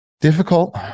Difficult